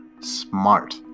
smart